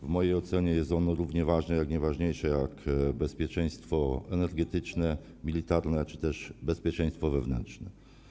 W mojej ocenie jest ono równie ważne, jeśli nie ważniejsze, jak bezpieczeństwo energetyczne, militarne czy też bezpieczeństwo wewnętrzne.